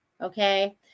Okay